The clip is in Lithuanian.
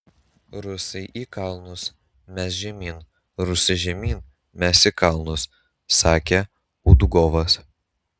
rusai į kalnus mes žemyn rusai žemyn mes į kalnus sakė udugovas